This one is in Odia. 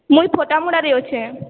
ମୁଇଁ ଫଟାମୁଡ଼ାରେ ଅଛେ